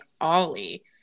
ollie